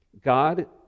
God